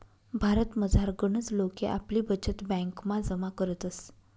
भारतमझार गनच लोके आपली बचत ब्यांकमा जमा करतस